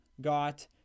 got